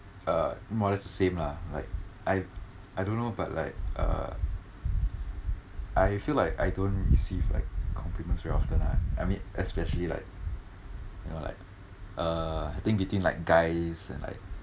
uh more or less the same lah like I I don't know but like uh I feel like I don't receive like compliments very often lah I mean especially like you know like uh I think between like guys and like